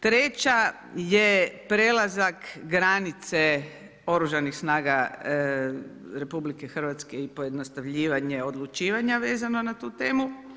Treća je prelazak granice Oružanih snaga RH i pojednostavljivanje odlučivanje vezano na tu temu.